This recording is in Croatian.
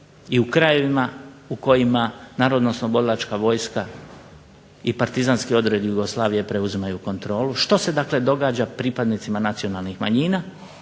i u krajevima u kojima narodna oslobodilačka vojska i partizanski odredi Jugoslavije preuzimaju kontrolu. Što se dakle događa pripadnicima nacionalnih manjina,